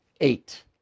Eight